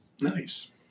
nice